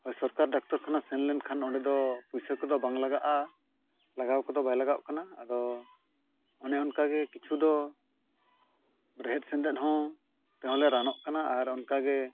ᱥᱚᱨᱠᱟᱨ ᱰᱟᱠᱛᱚᱨ ᱠᱷᱟᱱᱟ ᱥᱮᱱ ᱞᱮᱱᱠᱷᱟᱱ ᱚᱸᱰᱮ ᱫᱚ ᱯᱩᱭᱥᱟᱹ ᱠᱚᱫᱚ ᱵᱟᱝ ᱞᱟᱜᱟᱜᱼᱟ ᱞᱟᱜᱟᱣ ᱠᱚᱫᱚ ᱵᱟᱝ ᱞᱟᱜᱟᱜ ᱠᱟᱱᱟ ᱟᱫᱚ ᱚᱱᱮ ᱚᱱᱠᱟᱜᱮ ᱠᱤᱪᱷᱩ ᱫᱚ ᱨᱮᱸᱦᱮᱫᱼᱥᱮᱸᱫᱮᱛ ᱦᱚᱸ ᱛᱮᱦᱚᱸ ᱞᱮ ᱨᱟᱱᱚᱜ ᱠᱟᱱᱟ ᱟᱨ ᱚᱱᱠᱟ ᱜᱮ